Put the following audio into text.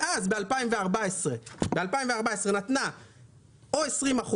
כשב-2014 נתנה או 20%,